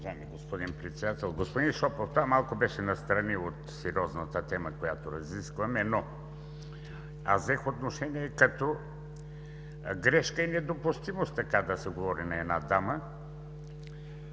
господин Председател. Господин Шопов, това беше малко настрана от сериозната тема, която разискваме. Аз взех отношение, защото е грешка и е недопустимо така да се говори на една дама,